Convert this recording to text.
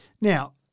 Now